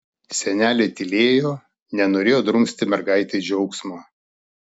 senelė tylėjo nenorėjo drumsti mergaitei džiaugsmo